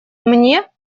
мне